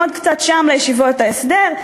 עוד קצת שם לישיבות ההסדר.